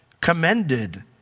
commended